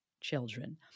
children